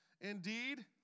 Indeed